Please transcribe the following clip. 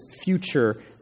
future